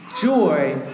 Joy